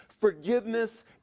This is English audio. Forgiveness